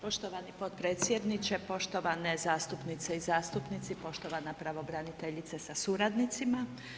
Poštovani podpredsjedniče, poštovane zastupnice i zastupnici, poštovana pravobraniteljice sa suradnicima.